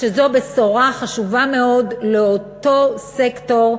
שזו בשורה חשובה מאוד לאותו סקטור,